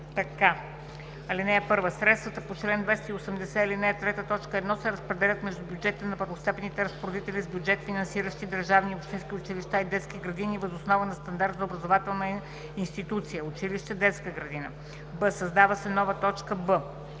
така: „(1) Средствата по чл. 280, ал. 3, т. 1 се разпределят между бюджетите на първостепенните разпоредители с бюджет, финансиращи държавни и общински училища и детски градини въз основа на стандарт за образователна институция (училище, детска градина).“; б) създава се нова б.